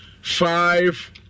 Five